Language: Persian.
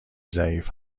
ضعیف